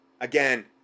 Again